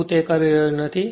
હું તે કરી રહ્યો નથી